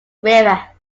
river